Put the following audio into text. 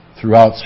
throughout